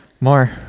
more